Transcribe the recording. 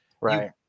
Right